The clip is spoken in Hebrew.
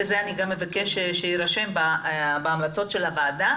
וגם זה אבקש שיירשם בהמלצות של הוועדה,